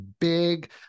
big